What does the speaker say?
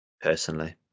Personally